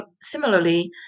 Similarly